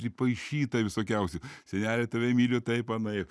pripaišyta visokiausių seneli tave myliu taip anaip